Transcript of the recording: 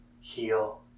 heal